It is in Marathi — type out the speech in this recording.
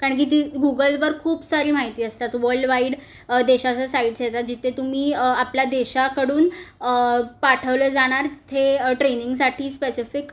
कारण की ती गुगलवर खूप सारी माहिती असतात वल्ड वाईड देशाचं साईड येतात जिथे तुम्ही आपल्या देशाकडून पाठवले जाणारे ट्रेनिंगसाठी स्पेसिफिक